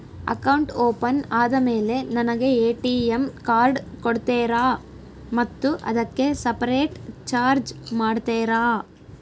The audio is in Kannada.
ಅಕೌಂಟ್ ಓಪನ್ ಆದಮೇಲೆ ನನಗೆ ಎ.ಟಿ.ಎಂ ಕಾರ್ಡ್ ಕೊಡ್ತೇರಾ ಮತ್ತು ಅದಕ್ಕೆ ಸಪರೇಟ್ ಚಾರ್ಜ್ ಮಾಡ್ತೇರಾ?